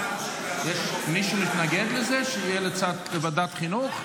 מישהו מתנגד לזה שזה יהיה בוועדת החינוך?